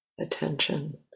attention